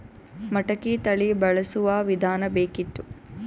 ಮಟಕಿ ತಳಿ ಬಳಸುವ ವಿಧಾನ ಬೇಕಿತ್ತು?